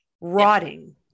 rotting